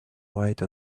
white